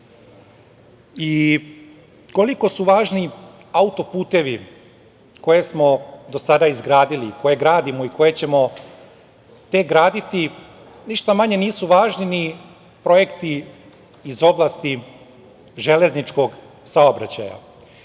Koliko su važni autoputevi koje smo do sada izgradili, koje gradimo i koje ćemo tek graditi, ništa manje nisu važni ni projekti iz oblasti železničkog saobraćaja. Srbija